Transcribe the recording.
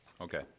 Okay